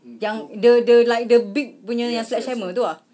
yang the the like the big punya sledgehammer itu ah